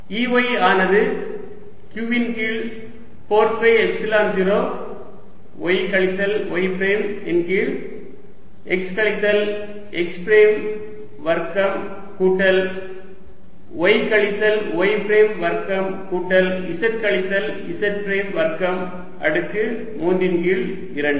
Ey ஆனது q இன் கீழ் 4 பை எப்சிலன் 0 y கழித்தல் y பிரைம் இன் கீழ் x கழித்தல் x பிரைம் வர்க்கம் கூட்டல் y கழித்தல் y பிரைம் வர்க்கம் கூட்டல் z கழித்தல் z பிரைம் வர்க்கம் அடுக்கு 3 இன் கீழ் 2